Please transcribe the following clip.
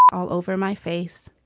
all over my face.